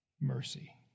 mercy